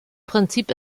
prinzip